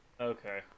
Okay